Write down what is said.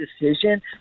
decision